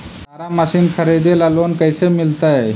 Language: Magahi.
चारा मशिन खरीदे ल लोन कैसे मिलतै?